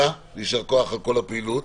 יישר כוח על כל הפעילות.